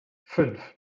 fünf